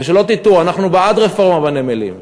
ושלא תטעו, אנחנו בעד רפורמה בנמלים,